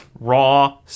raw